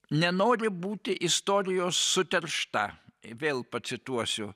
nenori būti istorijos suteršta vėl pacituosiu